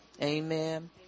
amen